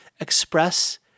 express